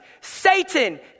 Satan